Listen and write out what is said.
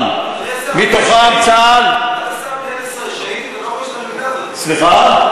מהם צה"ל, סליחה?